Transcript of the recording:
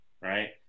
right